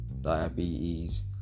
Diabetes